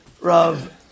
Rav